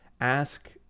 ask